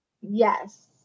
Yes